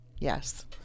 Yes